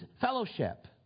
fellowship